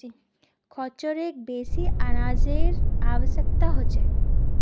खच्चरक बेसी अनाजेर आवश्यकता ह छेक